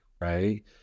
right